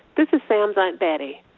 this is sam's aunt betty.